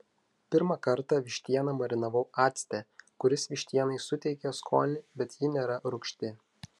pirmą kartą vištieną marinavau acte kuris vištienai suteikia skonį bet ji nėra rūgšti